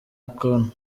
akoni